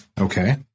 Okay